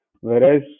Whereas